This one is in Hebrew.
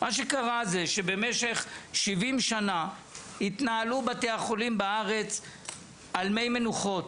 מה שקרה זה שבמשך 70 שנה התנהלו בתי החולים בארץ על מי מנוחות,